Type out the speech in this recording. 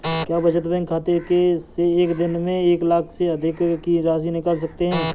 क्या बचत बैंक खाते से एक दिन में एक लाख से अधिक की राशि निकाल सकते हैं?